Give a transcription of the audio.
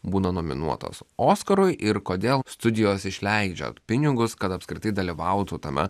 būna nominuotas oskarui ir kodėl studijos išleidžia pinigus kad apskritai dalyvautų tame